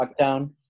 lockdown